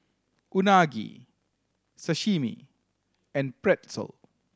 Unagi Sashimi and Pretzel